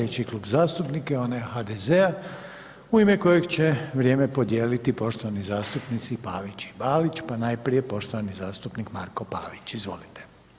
Slijedeći Klub zastupnika je onaj HDZ-a u ime kojeg će vrijeme podijeliti poštovani zastupnici Pavić i Balić, pa najprije poštovani zastupnik Marko Pavić, izvolite.